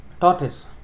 tortoise